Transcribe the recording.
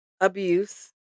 abuse